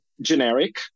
generic